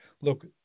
Look